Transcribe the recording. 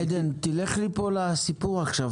עדן, תגיע לסיפור שאנו עוסקים בו עכשיו.